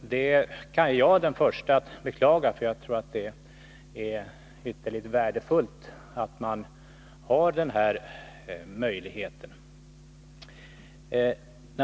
Det är jag den förste att beklaga, för jag tror att det är ytterligt värdefullt att denna möjlighet till cirkulation finns.